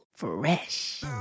Fresh